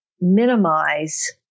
minimize